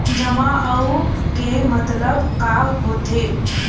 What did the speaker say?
जमा आऊ के मतलब का होथे?